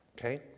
okay